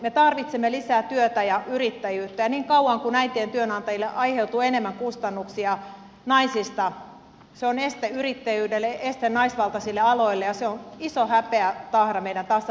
me tarvitsemme lisää työtä ja yrittäjyyttä ja niin kauan kuin äitien työnantajille aiheutuu enemmän kustannuksia naisista se on este yrittäjyydelle este naisvaltaisille aloille ja se on iso häpeätarha meidän tasa arvolle